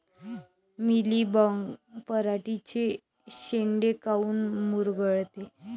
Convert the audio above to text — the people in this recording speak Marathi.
मिलीबग पराटीचे चे शेंडे काऊन मुरगळते?